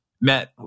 met